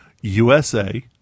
USA